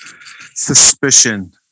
suspicion